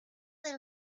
del